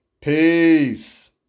peace